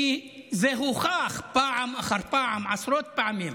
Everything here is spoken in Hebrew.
כי זה הוכח פעם אחר פעם, עשרות פעמים.